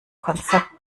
konzept